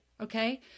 Okay